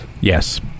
Yes